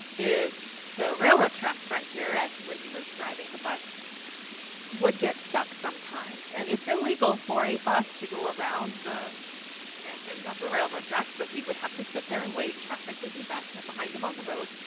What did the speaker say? is the railroad tracks right here. when he was driving the bus would get stuck sometimes. an and it's illegal for a bus to go around the stanchions of the railroad tracks. so, he would have to sit there and wait. and traffic would be backed up behind him on the road.